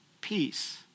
peace